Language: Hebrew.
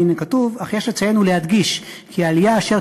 הנה כתוב: אך יש לציין ולהדגיש כי העלייה אשר